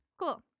Cool